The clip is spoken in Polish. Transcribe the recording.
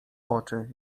oczy